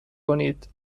کنید